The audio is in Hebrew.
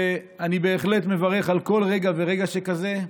ואני בהחלט מברך על כל רגע ורגע שכזה,